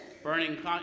Burning